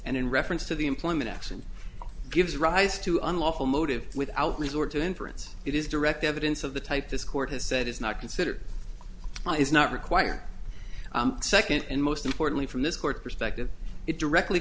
and in reference to the employment action gives rise to unlawful motive without resort to inference it is direct evidence of the type this court has said is not considered is not required second and most importantly from this court perspective it directly